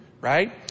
right